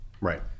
Right